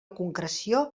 concreció